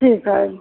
ठीक है